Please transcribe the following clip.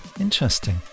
interesting